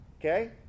Okay